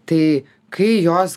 tai kai jos